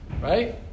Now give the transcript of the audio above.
right